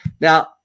Now